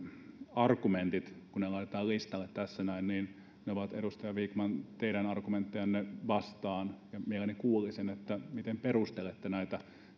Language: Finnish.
argumentit kun ne laitetaan listalle tässä näin ovat edustaja vikman teidän argumenttejanne vastaan ja mielelläni kuulisin miten perustelette näitä